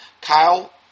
Kyle